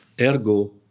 Ergo